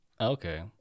Okay